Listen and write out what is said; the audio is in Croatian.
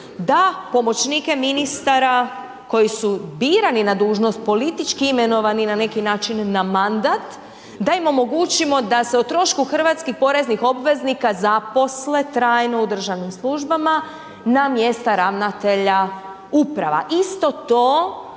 da pomoćnike ministara koji su birani na dužnost, politički imenovani na neki način na mandat, da im omogućimo da se o trošku hrvatskih poreznih obveznika zaposle trajno u državnim službama na mjesta ravnatelja uprava. Isto to